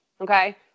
okay